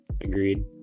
agreed